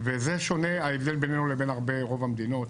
זה שונה, ההבדל בינינו לבין רוב המדינות